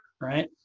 right